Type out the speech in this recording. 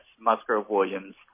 Musgrove-Williams